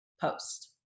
post